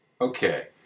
Okay